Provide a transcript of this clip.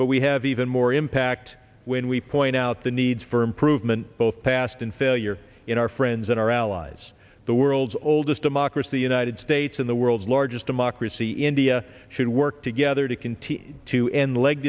but we have even more impact when we point out the need for improvement both past and failure in our friends and our allies the world's oldest democracy the united states and the world's largest democracy india should work together to